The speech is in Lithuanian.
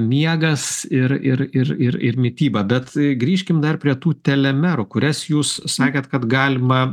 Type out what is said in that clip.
miegas ir ir ir ir ir mityba bet grįžkim dar prie tų telemerų kurias jūs sakėt kad galima